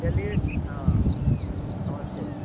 चलिए हाँ नमस्ते